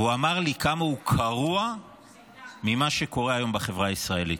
והוא אמר לי כמה הוא קרוע ממה שקורה היום בחברה הישראלית.